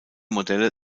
modelle